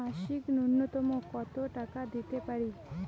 মাসিক নূন্যতম কত টাকা দিতে পারি?